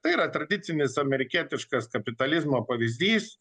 tai yra tradicinis amerikietiškas kapitalizmo pavyzdys